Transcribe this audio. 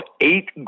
eight